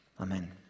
Amen